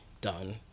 done